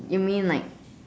you mean like